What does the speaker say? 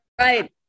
right